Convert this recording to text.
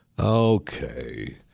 Okay